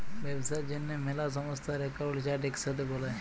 ব্যবসার জ্যনহে ম্যালা সংস্থার একাউল্ট চার্ট ইকসাথে বালায়